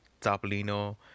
Topolino